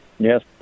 Yes